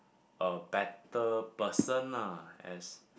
a better person lah as